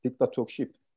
dictatorship